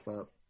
up